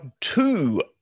two